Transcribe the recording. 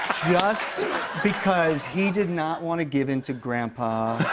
just because he did not want to give in to grandpa.